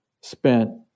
spent